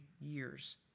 years